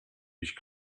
ich